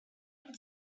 had